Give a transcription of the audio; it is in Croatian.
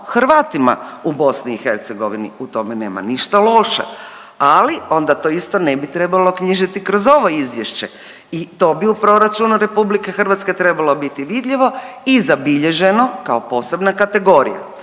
Hrvatima u BiH. U tome nema ništa loše, ali onda to isto ne bi trebalo knjižiti kroz ovo izvješće i to bi u proračunu RH trebalo biti vidljivo i zabilježeno kao posebna kategorija,